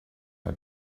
had